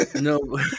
No